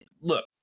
look